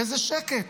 איזה שקט,